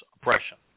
oppression